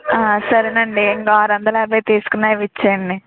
సరేనండీ ఇదిగో ఆరు వందలు యాభై తీసుకుని అవి ఇచ్చెయ్యండి